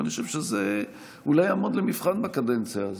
ואני חושב שזה אולי יעמוד למבחן בקדנציה הזאת,